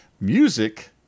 music